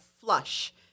flush